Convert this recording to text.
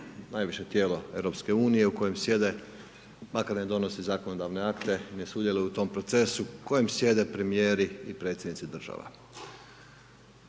najviše tijelo Europske unije u kojem sjede, makar ne donose zakonodavne akte i ne sudjeluju u tom procesu, u kojem sjede premijeri i predsjednici država.